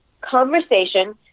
conversation